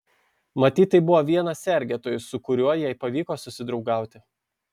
matyt tai buvo vienas sergėtojų su kuriuo jai pavyko susidraugauti